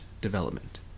development